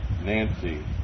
Nancy